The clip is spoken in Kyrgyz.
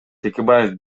текебаев